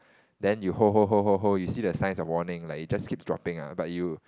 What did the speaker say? then you hold hold hold hold hold you see the signs of warning like it just keeps dropping ah but you